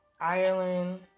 Ireland